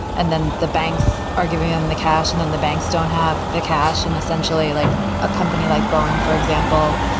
and then the banks are giving them the cash. and then the banks don't have the cash. and essentially, like a company like boeing, for example,